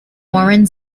warren